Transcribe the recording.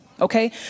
Okay